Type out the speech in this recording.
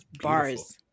bars